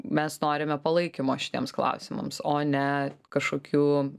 mes norime palaikymo šitiems klausimams o ne kažkokių